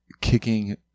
kicking